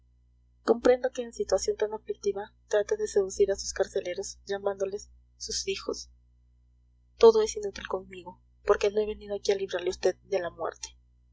comprendo que en situación tan aflictiva trate de seducir a sus carceleros llamándoles sus hijos todo es inútil conmigo porque no he venido aquí a librarle a vd de la muerte